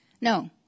No